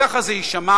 כך זה יישמע,